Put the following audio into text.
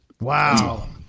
Wow